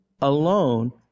alone